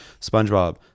spongebob